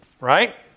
Right